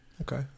Okay